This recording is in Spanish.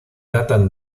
datan